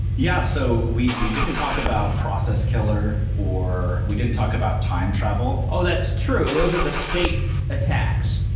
yeah. so we we didn't talk about process killer or we didn't talk about time travel. oh! that's true. those are the state attacks.